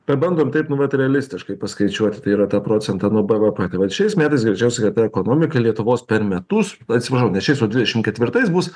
pabandom taip nu vat realistiškai paskaičiuot tai yra tą procentą nuo bvp tai vat šiais metais greičiausiai kad ta ekonomika lietuvos per metus atsiprašau ne šiais o dvidešim ketvirtais bus